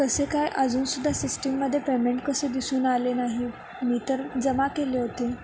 कसे काय अजूनसुद्धा सिस्टीमदे पेमेंट कसे दिसून आले नाही मी तर जमा केले होते